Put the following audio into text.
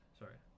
sorry